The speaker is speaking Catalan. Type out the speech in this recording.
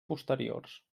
posteriors